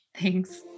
Thanks